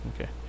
okay